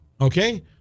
okay